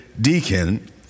deacon